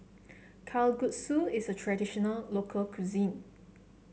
Kalguksu is a traditional local cuisine